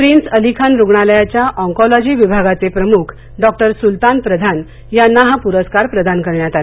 prince Alikhan रुग्णालयाच्या oncology विभागाचे प्रमुख डॉक्टर सुलतान प्रधान यांना हा पुरस्कार प्रदान करण्यात आला